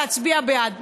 ולהצביע בעד.